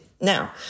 Now